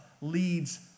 leads